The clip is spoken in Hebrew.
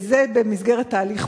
וזה במסגרת תהליך